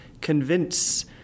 convince